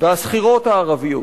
והשכירות הערביות.